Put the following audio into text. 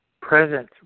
present